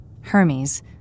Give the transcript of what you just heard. Hermes